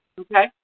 Okay